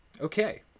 Okay